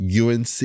UNC